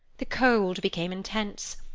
the cold became intense.